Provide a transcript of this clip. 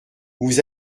vous